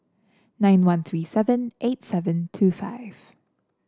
nine one three seven eight seven two five